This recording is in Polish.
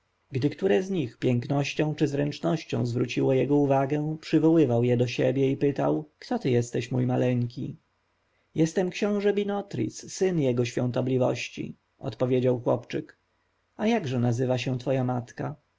gdy które z nich pięknością czy zręcznością zwróciło jego uwagę przywoływał je do siebie i pytał kto ty jesteś mój maleńki jestem książę binotris syn jego świątobliwości odpowiedział chłopczyk a jakże nazywa się twoja matka